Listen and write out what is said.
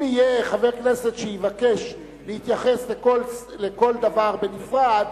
אם יהיה חבר כנסת שיבקש להתייחס לכל דבר בנפרד,